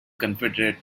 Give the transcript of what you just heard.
confederate